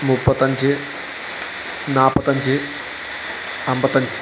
മുപ്പത്തഞ്ച് നാല്പത്തഞ്ച് അമ്പത്തഞ്ച്